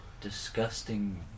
disgusting